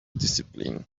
discipline